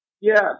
Yes